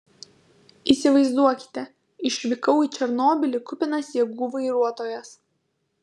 įsivaizduokite išvykau į černobylį kupinas jėgų vairuotojas